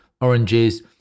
oranges